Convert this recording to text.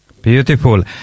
Beautiful